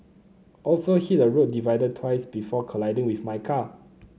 also hit a road divider twice before colliding with my car